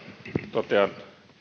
totean